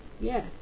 yes